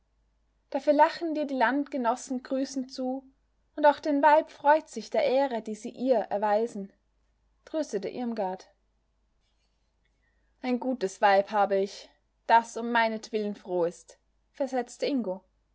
dafür lachen dir die landgenossen grüßend zu und auch dein weib freut sich der ehre die sie ihr erweisen tröstete irmgard ein gutes weib habe ich das um meinetwillen froh ist versetzte ingo